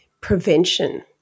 prevention